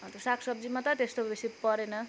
अन्त साग सब्जीमा त त्यस्तो बेसी परेन